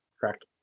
Correct